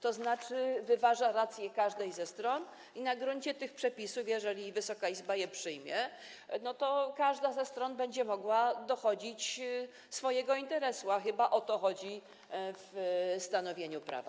To znaczy wyważa racje każdej ze stron i na gruncie tych przepisów, jeżeli Wysoka Izba je przyjmie, każda ze stron będzie mogła dochodzić swojego interesu, a chyba o to chodzi w stanowieniu prawa.